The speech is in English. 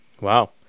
Wow